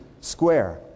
square